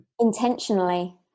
Intentionally